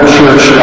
Church